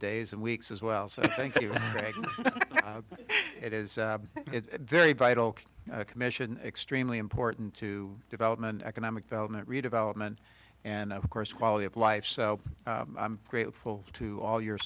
days and weeks as well so thank you it is very vital commission extremely important to development economic development redevelopment and of course quality of life so i'm grateful to all your